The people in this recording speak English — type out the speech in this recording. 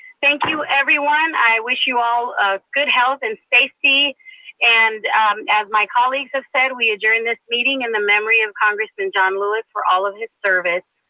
thank you everyone. i wish you all a good health and safety and as my colleagues have said, we adjourn this meeting in the memory of congressman john lewis for all of his service.